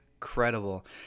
incredible